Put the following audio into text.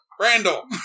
Randall